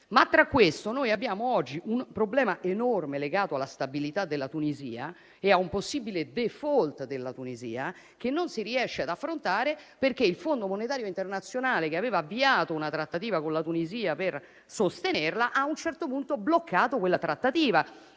di tempo. Oggi abbiamo un problema enorme legato alla stabilità e a un possibile *default* della Tunisia che non si riesce ad affrontare perché il Fondo monetario internazionale, che aveva avviato una trattativa con la Tunisia per sostenerla, a un certo punto l'ha bloccata.